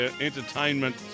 entertainment